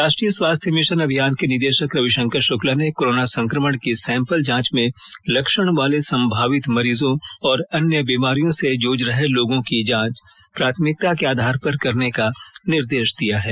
राष्टीय स्वास्थ्य मिशन अभियान के निदेशक रविशंकर शुक्ला ने कोरोना संकमण की सैंपल जांच में लक्षण वाले संभावित मरीजों और अन्य बीमारियों से जूझ रहे लोगों की जांच प्राथमिकता के आधार पर करने का निर्देश दिया है